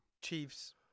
Chiefs